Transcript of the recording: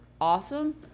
awesome